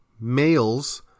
males